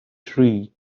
three